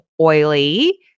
oily